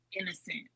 innocent